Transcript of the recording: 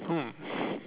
hmm